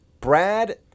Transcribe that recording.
Brad